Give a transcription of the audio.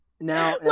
Now